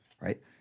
right